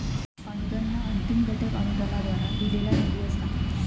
अनुदान ह्या अंतिम घटक अनुदानाद्वारा दिलेला निधी असा